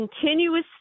continuous